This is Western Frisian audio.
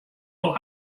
wol